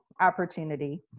opportunity